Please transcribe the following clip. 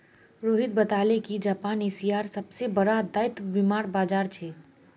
रोहित बताले कि जापान एशियार सबसे बड़ा दायित्व बीमार बाजार छे